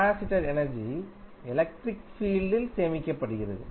capacitor energy electric ஃபீல்டில் சேமிக்கப்படுகிறது